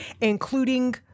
including